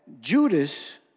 Judas